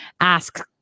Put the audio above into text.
ask